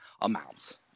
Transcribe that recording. amounts